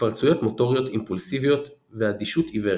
התפרצויות מוטוריות אימפולסיביות ואדישות עיוורת.".